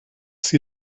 sie